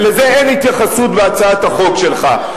ולזה אין התייחסות בהצעת החוק שלך.